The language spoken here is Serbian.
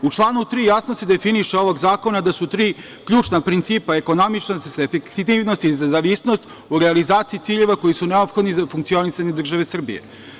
U članu 3. ovog zakona jasno se definiše da su tri ključna principa – ekonomičnost, efikasnost i nezavisnost u realizaciji ciljeva koji su neophodni za funkcionisanje države Srbije.